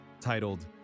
titled